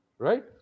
Right